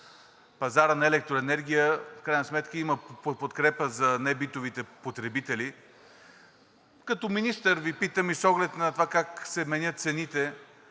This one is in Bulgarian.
пазара на електроенергия в крайна сметка има подкрепа за небитовите потребители и с оглед на това как се менят цените